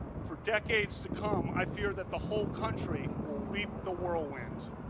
for decades to come. i fear that the whole country will reap the whirlwind.